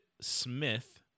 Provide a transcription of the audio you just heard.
Smith